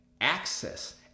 access